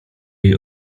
jej